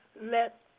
let